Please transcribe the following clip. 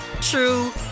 true